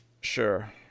Sure